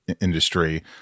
industry